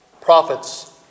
prophets